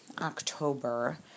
October